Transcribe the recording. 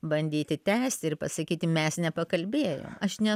bandyti tęsti ir pasakyti mes nepakalbėjom aš ne